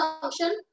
function